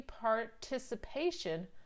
participation